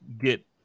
get